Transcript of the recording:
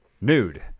nude